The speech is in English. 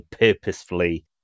purposefully